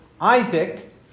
Isaac